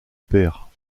pair